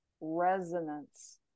resonance